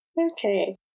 Okay